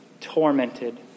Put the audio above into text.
tormented